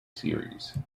series